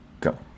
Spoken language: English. go